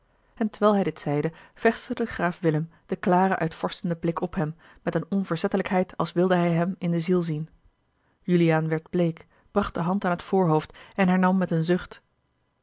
en terwijl hij dit zeide vestigde graaf willem den klaren uitvorschenden blik op hem met eene onverzettelijkheid als wilde hij hem in de ziel zien juliaan werd bleek bracht de hand aan het voorhoofd en hernam met een zucht